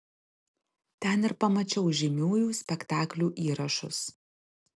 ten ir pamačiau žymiųjų spektaklių įrašus